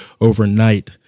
overnight